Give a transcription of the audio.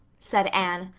said anne.